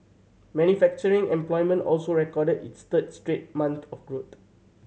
manufacturing employment also recorded its third straight month of growth